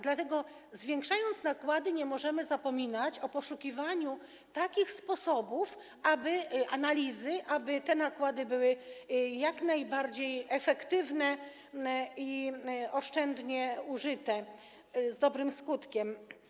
Dlatego zwiększając nakłady, nie możemy zapominać o poszukiwaniu takich sposobów analizy, aby te nakłady były jak najbardziej efektywnie i oszczędnie użyte, z dobrym skutkiem.